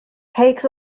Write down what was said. takes